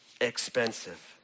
expensive